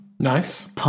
nice